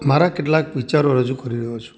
મારા કેટલાક વિચારો રજૂ કરી રહ્યો છું